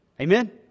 Amen